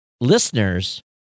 listeners